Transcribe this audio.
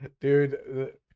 dude